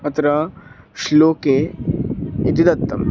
अत्र श्लोके इति दत्तं